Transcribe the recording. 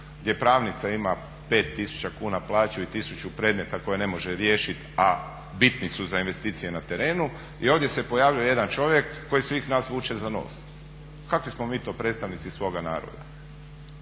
gdje pravnica ima pet tisuća kuna plaću i tisuću predmeta koje ne može riješiti, a bitni su za investicije na terenu i ovdje se pojavljuje jedan čovjek koji svih nas vuče za nos. Kakvi smo mi to predstavnici svoga naroda?